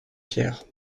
pierre